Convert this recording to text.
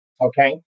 okay